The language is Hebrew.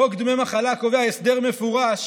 חוק דמי מחלה קובע הסדר מפורש